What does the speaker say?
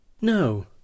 No